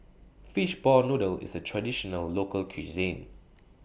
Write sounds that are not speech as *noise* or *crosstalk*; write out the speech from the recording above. Fishball Noodle IS A *noise* Traditional Local Cuisine